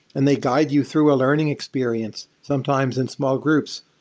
and they guide you through a learning experience, sometimes in small groups.